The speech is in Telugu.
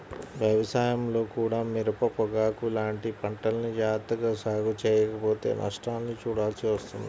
వ్యవసాయంలో కూడా మిరప, పొగాకు లాంటి పంటల్ని జాగర్తగా సాగు చెయ్యకపోతే నష్టాల్ని చూడాల్సి వస్తుంది